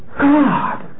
God